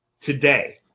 today